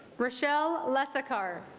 rochelle less sarkaar